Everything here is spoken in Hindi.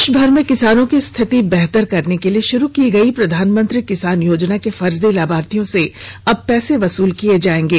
देशभर में किसानों की रिथित बेहतर करने के लिए शुरू की गई प्रधानमंत्री किसान योजना के फर्जी लाभार्थियों से अब पैसे वसूल किए जाएंगे